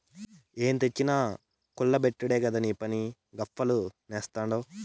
ఏం తెచ్చినా కుల్ల బెట్టుడే కదా నీపని, గప్పాలు నేస్తాడావ్